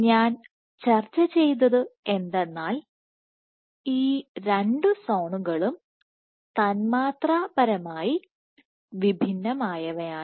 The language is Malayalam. ഞാൻ ചർച്ച ചെയ്തത് എന്തെന്നാൽ ഈ രണ്ട് സോണുകളും തന്മാത്ര പരമായി വിഭിന്നമായവയാണ്